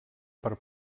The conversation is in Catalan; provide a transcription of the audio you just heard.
per